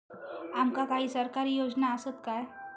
आमका काही सरकारी योजना आसत काय?